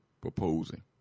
proposing